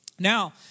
Now